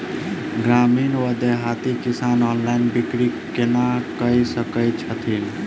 ग्रामीण वा देहाती किसान ऑनलाइन बिक्री कोना कऽ सकै छैथि?